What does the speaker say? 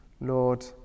Lord